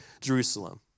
Jerusalem